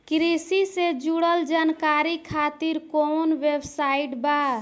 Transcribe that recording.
कृषि से जुड़ल जानकारी खातिर कोवन वेबसाइट बा?